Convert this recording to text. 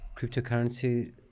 cryptocurrency